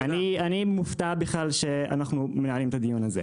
אני מופתע בכלל שאנחנו מנהלים את הדיון הזה.